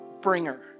bringer